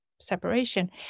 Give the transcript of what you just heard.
separation